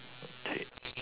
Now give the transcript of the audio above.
okay